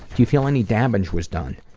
you feel any damage was done?